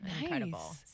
incredible